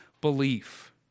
belief